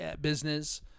business